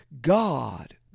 god